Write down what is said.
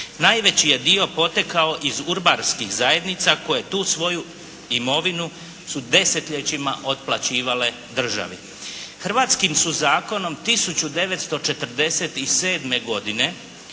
Najveći je dio potekao iz urbanskih zajednica koje tu svoju imovinu su desetljećima otplaćivale državi. Hrvatskim su zakonom 1947. godine